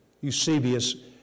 Eusebius